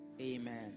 Amen